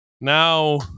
Now